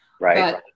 Right